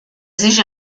sich